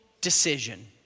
decision